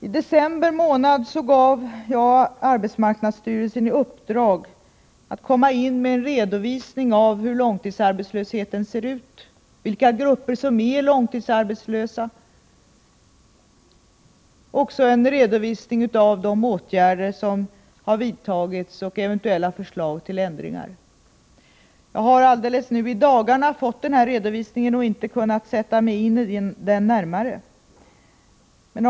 I december månad gav jag arbetsmarknadsstyrelsen i uppdrag att komma in med en redovisning av hur långtidsarbetslösheten ser ut — vilka grupper som är långtidsarbetslösa — och en redovisning av de åtgärder som har vidtagits samt eventuella förslag till ändringar. Jag har alldeles i dagarna fått den här redovisningen och har inte kunnat sätta mig närmare in i den.